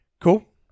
Cool